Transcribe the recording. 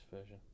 version